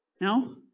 No